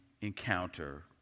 encounter